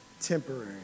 Temporary